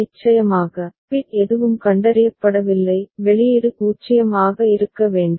நிச்சயமாக பிட் எதுவும் கண்டறியப்படவில்லை வெளியீடு 0 ஆக இருக்க வேண்டும்